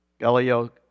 Galileo